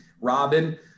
Robin